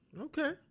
Okay